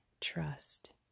trust